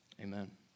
Amen